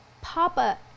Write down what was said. Papa